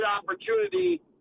opportunity